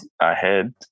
ahead